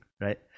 right